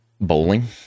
Bowling